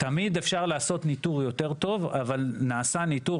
תמיד אפשר לעשות ניתור יותר טוב, אבל נעשה ניתור.